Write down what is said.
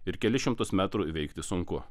ir kelis šimtus metrų įveikti sunku